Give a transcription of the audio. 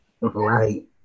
Right